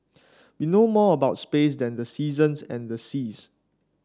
we know more about space than the seasons and the seas